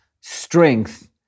strength